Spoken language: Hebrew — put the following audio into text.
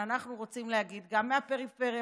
ואנחנו רוצים להגיד: גם מהפריפריה,